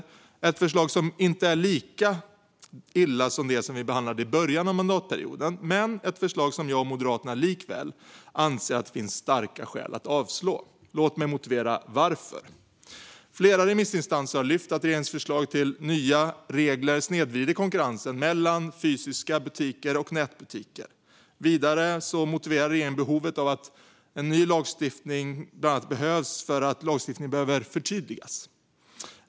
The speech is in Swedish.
Det är ett förslag som inte är lika illa som det vi behandlade i början av mandatperioden men som jag och Moderaterna likväl anser att det finns starka skäl att avslå. Låt mig motivera varför! Flera remissinstanser har lyft fram att regeringens förslag till nya regler snedvrider konkurrensen mellan fysiska butiker och nätbutiker. Vidare motiverar regeringen behovet av ny lagstiftning bland annat med att lagstiftningen behöver förtydligas.